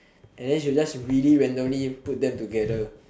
and then she'll just really randomly put them together